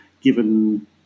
given